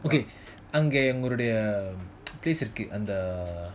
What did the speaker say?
okay அங்க எங்களோடிய:anga engalodiya place இருக்கு அந்த:iruku antha